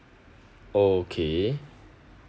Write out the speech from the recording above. okay